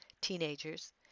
teenagers